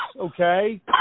okay